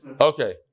Okay